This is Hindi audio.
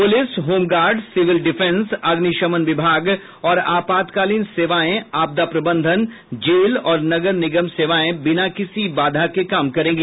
पुलिस होमगार्ड सिविल डिफेंस अग्निशमन विभाग और आपातकालीन सेवाएं आपदा प्रबंधन जेल और नगर निगम सेवाएं बिना किसी बाधा के काम करेंगी